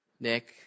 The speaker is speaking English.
Nick